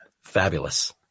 Fabulous